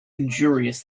injurious